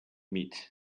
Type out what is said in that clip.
meat